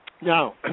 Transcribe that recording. Now